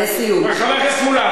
חבר הכנסת מולה,